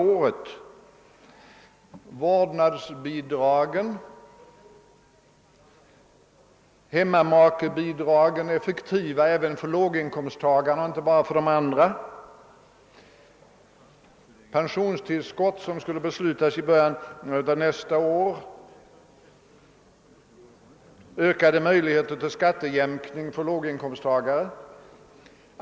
året: vårdnadsbidrag, hemmamakebidrag — effektivt även för låginkomst tagarna och inte bara för andra — pen sionstillskott som skulle beslutas i början av nästa år, ökade möjligheter till skattejämkning för låginkomsttagare.